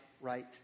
right